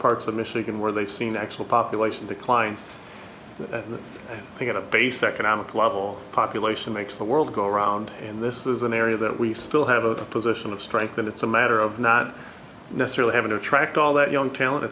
parts of michigan where they've seen actual population decline and i think at a base economic level population makes the world go round and this is an area that we still have a position of strength and it's a matter of not necessarily having attract all that young talent